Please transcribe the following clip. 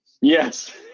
Yes